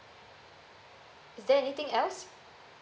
is there anything else